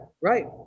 right